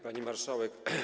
Pani Marszałek!